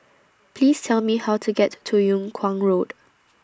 Please Tell Me How to get to Yung Kuang Road